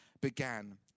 began